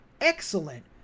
excellent